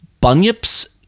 Bunyip's